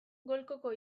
golkoko